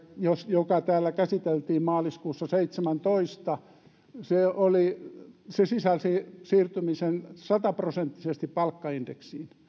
joka täällä käsiteltiin maaliskuussa seitsemäntoista se sisälsi siirtymisen sataprosenttisesti palkkaindeksiin